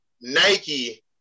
Nike